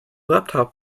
laptop